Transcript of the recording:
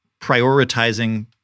prioritizing